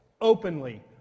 openly